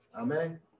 Amen